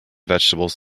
vegetables